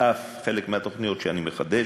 וחלק מהתוכניות אני אף מחדש.